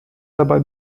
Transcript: dabei